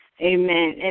Amen